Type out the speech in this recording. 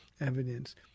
evidence